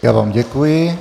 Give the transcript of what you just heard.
Já vám děkuji.